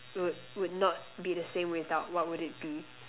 would would not be the same without what would it be